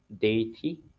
deity